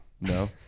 No